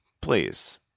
please